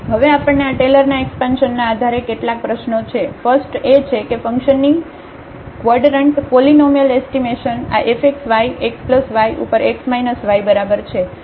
તેથી હવે આપણને આ ટેલરના એકસપાનષનના આધારે કેટલીક પ્રશ્નોઓ છે ફસ્ટએ છે કે ફંક્શનની ક્વાડરન્ટ પોલીનોમીઅલ એસ્ટીમેશન આ fxy xy ઉપર x y બરાબર છે